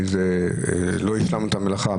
לא השלמנו את המלאכה.